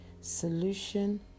solution